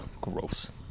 Gross